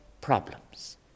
problems